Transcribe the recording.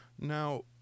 Now